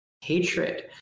hatred